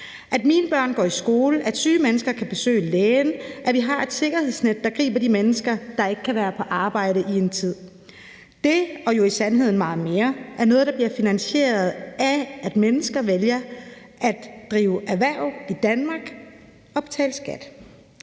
At mine børn går i skole, at syge mennesker kan besøge lægen, at vi har et sikkerhedsnet, der griber de mennesker, der ikke kan være på arbejde i en tid – det og jo i sandhed meget mere er noget, der bliver finansieret af, at mennesker vælger at drive erhverv i Danmark og betale skat.